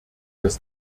das